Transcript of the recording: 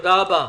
תודה רבה.